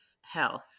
health